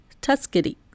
Tuskegee